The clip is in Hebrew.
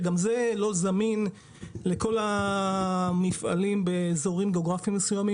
שגם זה לא זמין לכל המפעלים באזורים גיאוגרפים מסוימים.